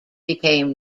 became